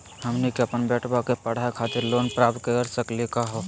हमनी के अपन बेटवा क पढावे खातिर लोन प्राप्त कर सकली का हो?